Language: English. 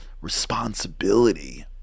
responsibility